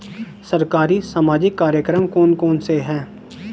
सरकारी सामाजिक कार्यक्रम कौन कौन से हैं?